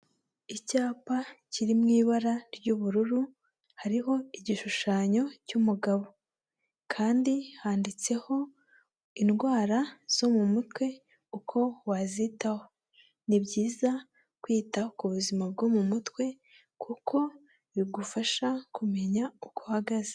Icyapa kiri mu ibara ry'ubururu, hariho igishushanyo cy'umugabo kandi handitseho indwara zo mu mutwe uko wazitaho, ni byiza kwita ku buzima bwo mu mutwe kuko bigufasha kumenya uko uhagaze.